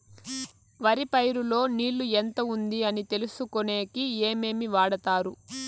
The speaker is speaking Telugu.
వరి పైరు లో నీళ్లు ఎంత ఉంది అని తెలుసుకునేకి ఏమేమి వాడతారు?